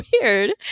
weird